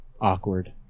awkward